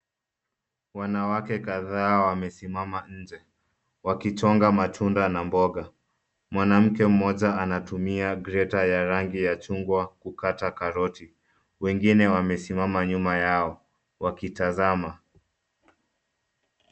Wanawake kadhaa wamesimama nje, wakichonga matunda na mboga. Mwanamke mmoja anatumia grater ya rangi ya chungwa kukata karoti. Wengine wamesimama nyuma yao wakitazama.